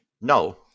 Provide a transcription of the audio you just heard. No